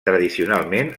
tradicionalment